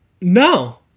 no